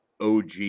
OG